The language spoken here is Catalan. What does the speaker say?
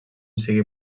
sigui